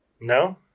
No